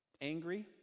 Angry